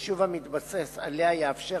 וחישוב המתבסס עליה יאפשר